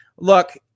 Look